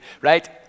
Right